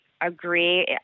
agree